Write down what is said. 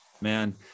man